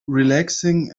relaxing